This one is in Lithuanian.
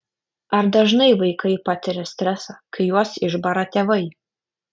ar dažnai vaikai patiria stresą kai juos išbara tėvai